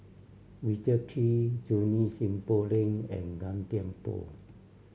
Richard Kee Junie Sng Poh Leng and Gan Thiam Poh